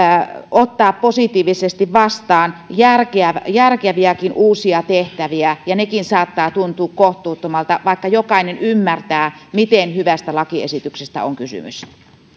ottaa positiivisesti vastaan järkeviäkään uusia tehtäviä nekin saattavat tuntua kohtuuttomilta vaikka jokainen ymmärtää miten hyvästä lakiesityksestä on kysymys